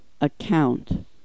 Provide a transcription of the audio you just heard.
Account